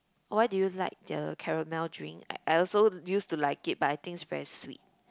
why do you like the caramel drink I I also used to like it but I think is very sweet